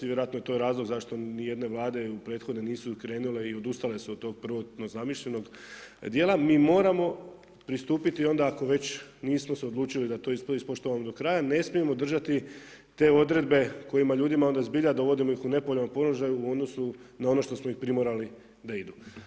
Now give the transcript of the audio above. I vjerojatno je to razlog zašto nijedne vlade prethodne nisu krenule i odustale su od tog prvotnog zamišljenog djela, mi moramo pristupiti onda već ako se nismo odlučili da to ispoštujemo do kraja ne smijemo držati te odredbe kojima ljudima onda zbilja dovodimo ih u nepovoljan položaj u odnosu na ono što smo ih primorali da idu.